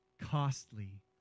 costly